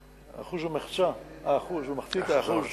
1.5%; 600 1,000 ש"ח,